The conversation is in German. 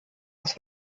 aus